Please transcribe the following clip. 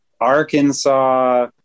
arkansas